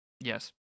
Yes